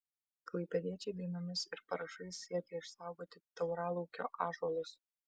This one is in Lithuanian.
klaipėdiečiai dainomis ir parašais siekia išsaugoti tauralaukio ąžuolus